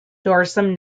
dorsum